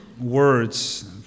words